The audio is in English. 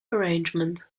arrangement